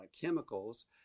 chemicals